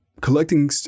collecting